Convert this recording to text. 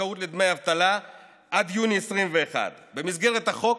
זכאות לדמי אבטלה עד יוני 2021. במסגרת החוק,